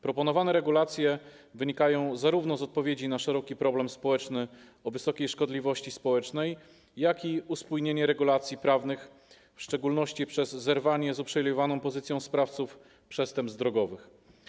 Proponowane regulacje wynikają zarówno z odpowiedzi na szeroki problem społeczny o wysokiej szkodliwości społecznej, jak i z potrzeby uspójnienia regulacji prawnych, w szczególności przez zerwanie z uprzywilejowaną pozycją sprawców przestępstw drogowych.